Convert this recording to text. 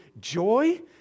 joy